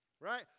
right